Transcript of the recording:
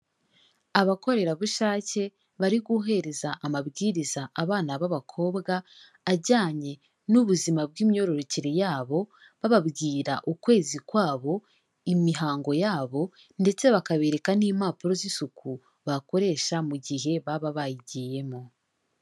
Abakorerabushake bari guhereza amabwiriza abana b'abakobwa ajyanye n'ubuzima bw'imyororokere yabo, bababwira ukwezi kwabo, imihango yabo ndetse bakabereka n'impapuro z'isuku bakoresha mu gihe baba bayigiyemo.